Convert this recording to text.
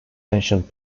ancient